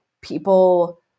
people